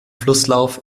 flusslauf